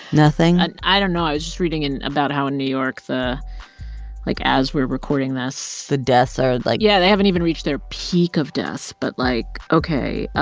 nothing i don't know. i was just reading in about how in new york, the like, as we're recording this. the deaths are, like. yeah. they haven't even reached their peak of deaths. but, like, ok.